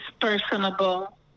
personable